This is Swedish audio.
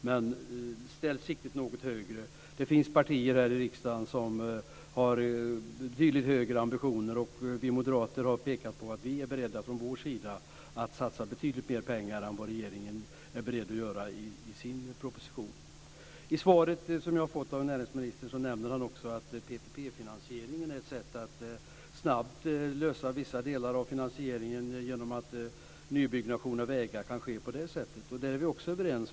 Men ställ siktet något högre. Det finns partier här i riksdagen som har betydligt högre ambitioner. Vi moderater har pekat på att vi är beredda från vår sida att satsa betydligt mer pengar än vad regeringen är beredd att göra i sin proposition. I svaret som jag fått av näringsministern nämner han också att PPP-finansieringen är ett sätt att snabbt lösa vissa delar av finansieringen genom att nybyggnation av vägar kan ske på det sättet. Där är vi också överens.